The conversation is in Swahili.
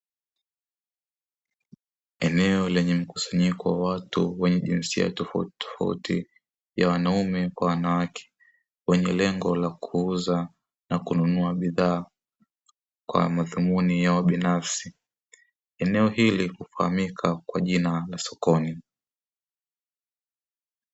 Eneo lenye mkusanyiko wa watu wenye jinsia tofauti tofauti ya wanaume kwa wanawake, wenye lengo la kuuza na kununua bidhaa kwa madhumuni yao binafsi, eneo hili hufahamika kwa jina la sokoni.